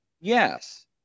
yes